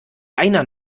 einer